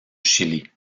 chili